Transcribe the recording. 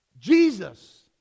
Jesus